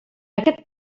aquest